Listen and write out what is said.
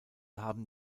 haben